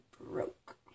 broke